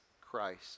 Christ